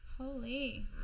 holy